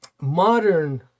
modern